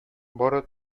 бары